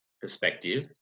perspective